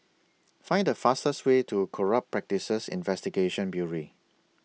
Find The fastest Way to Corrupt Practices Investigation Bureau